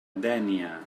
dénia